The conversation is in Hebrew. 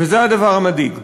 וזה הדבר המדאיג,